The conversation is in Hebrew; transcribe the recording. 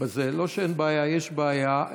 לא שאין בעיה, יש בעיה.